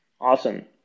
Awesome